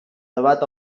debat